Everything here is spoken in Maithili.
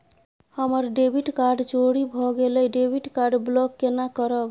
हमर डेबिट कार्ड चोरी भगेलै डेबिट कार्ड ब्लॉक केना करब?